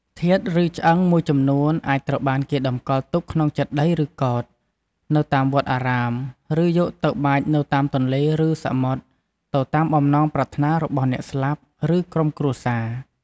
ធាតុឬឆ្អឹងមួយចំនួនអាចត្រូវបានគេតម្កល់ទុកក្នុងចេតិយឬកោដ្ឋ នៅតាមវត្តអារាម ឬយកទៅបាចនៅតាមទន្លេ ឬសមុទ្រ ទៅតាមបំណងប្រាថ្នារបស់អ្នកស្លាប់ ឬក្រុមគ្រួសារ។